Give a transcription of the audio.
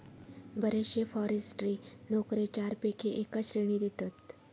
बरेचशे फॉरेस्ट्री नोकरे चारपैकी एका श्रेणीत येतत